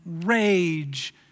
rage